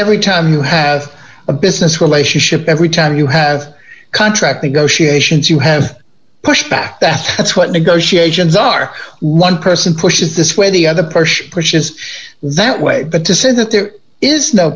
every time you have a business relationship every time you have contract negotiations you have pushback that that's what negotiations are lun person pushes this way the other pressure pushes that way but to say that there is no